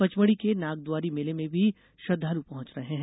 पचमढी के नागद्वारी मेले में में भी श्रद्वालु पहुंच रहे है